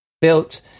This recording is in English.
built